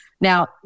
Now